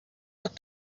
what